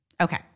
okay